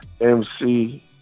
MC